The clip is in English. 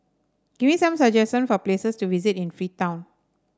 give me some suggestions for places to visit in Freetown